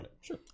Sure